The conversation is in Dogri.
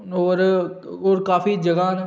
होर होर काफी जगहां न